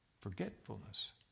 Forgetfulness